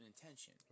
intention